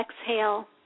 exhale